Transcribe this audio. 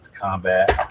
combat